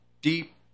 deep